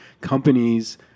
companies